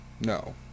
No